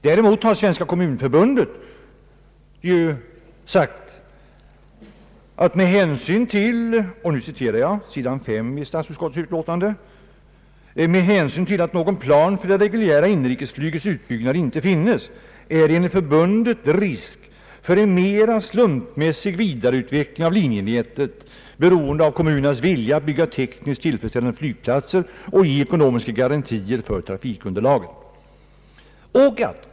Däremot säger Svenska kommunförbundet : »Med hänsyn till att någon plan för det reguljära inrikesflygets utbyggnad inte finns, är det enligt förbundet risk för en mera slumpmässig vidareutveckling av linjenätet beroende av kommunernas vilja att bygga tekniskt tillfredsställande flygplatser och ge ekonomiska garantier för trafikunderlaget.